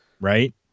Right